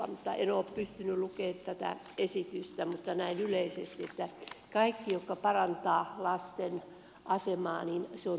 en ole pystynyt lukemaan tätä esitystä mutta näin yleisesti sanon että kaikki mikä parantaa lasten asemaa on tervetullutta